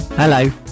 Hello